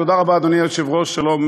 תודה רבה, אדוני היושב-ראש, שלום,